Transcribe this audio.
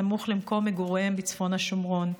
הסמוך למקום מגוריהם בצפון השומרון,